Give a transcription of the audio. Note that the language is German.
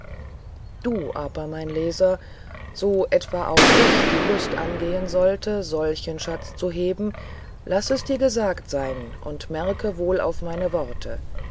du aber mein leser so etwa auch dich die lust angehn sollte solchen schatz zu heben laß dir gesagt seyn und merke wohl auff meine worte